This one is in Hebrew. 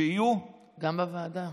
שיהיו, גם בוועדה.